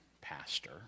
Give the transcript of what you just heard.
pastor